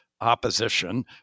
opposition